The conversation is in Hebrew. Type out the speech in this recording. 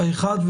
האחד,